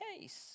case